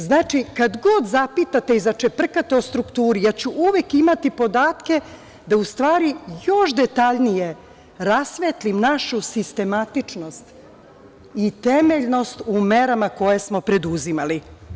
Znači, kad god zapitate i začeprkate o strukturi, ja ću uvek imati podatke da u stvari još detaljnije rasvetlim našu sistematičnost i temeljnost u merama koje smo preduzimali.